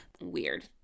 Weird